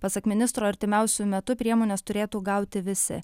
pasak ministro artimiausiu metu priemones turėtų gauti visi